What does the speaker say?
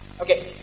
Okay